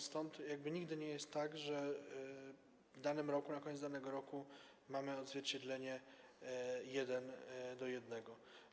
Stąd nigdy nie jest tak, że w danym roku, na koniec danego roku mamy odzwierciedlenie jeden do jednego.